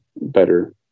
better